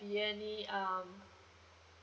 be any um